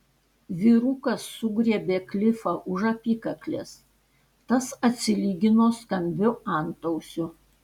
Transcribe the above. vyrukas sugriebė klifą už apykaklės tas atsilygino skambiu antausiu